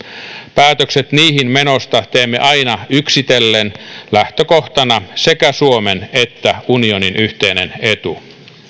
päätökset niihin menosta teemme aina yksitellen lähtökohtana sekä suomen että unionin yhteinen etu